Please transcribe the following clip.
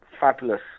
fabulous